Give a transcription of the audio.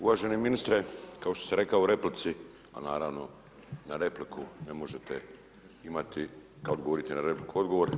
Uvaženi ministre, kao što sam rekao u replici, a naravno, na repliku ne možete imati, kada odgovore na repliku odgovor.